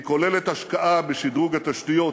היא כוללת השקעה בשדרוג התשתיות,